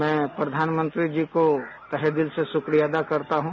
मैं प्रधानमंत्री जी को तहेदिल का शुक्रिया अदा करता हूं